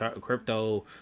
crypto